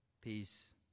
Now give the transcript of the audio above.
peace